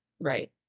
Right